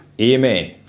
Amen